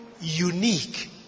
unique